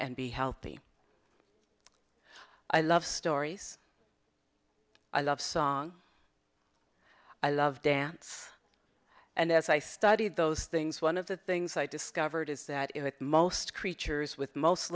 and be healthy i love stories i love song i love dance and as i studied those things one of the things i discovered is that most creatures with most